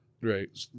right